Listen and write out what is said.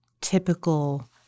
typical